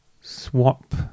Swap